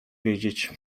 wiedzieć